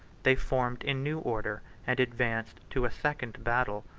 they formed in new order, and advanced to a second battle.